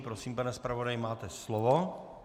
Prosím, pane zpravodaji, máte slovo.